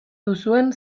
duzuen